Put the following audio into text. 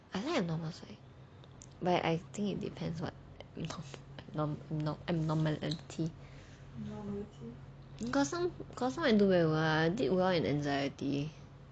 I didn't like abnormal psych but I think it depends what abno~ abno~ abnormality got some got some I do very well I did very well in anxiety